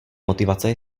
motivace